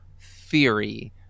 theory